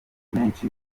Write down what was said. menshi